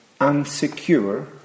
unsecure